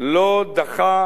לא דחה